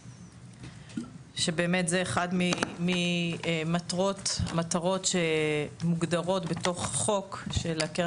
שזו באמת אחת מהמטרות של הקרן לאזרחי ישראל שמוגדרות בחוק,